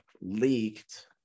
leaked